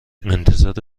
انتظار